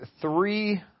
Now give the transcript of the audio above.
three